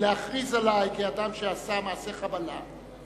להכריז שאני כאדם שעשה מעשה חבלה,